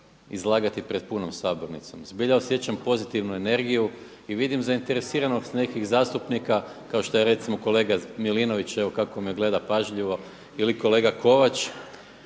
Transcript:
izlagati pred punom sabornicom. Zbilja osjećam pozitivnu energiju i vidim zainteresiranost nekih zastupnika kao što je recimo kolega Milinović, evo kako me gleda pažljivo ili kolega Kovač